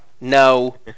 No